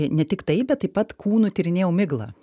ne tik tai bet taip pat kūnu tyrinėjau miglą